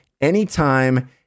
anytime